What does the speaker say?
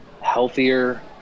healthier